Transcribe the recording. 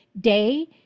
Day